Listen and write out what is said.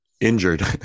Injured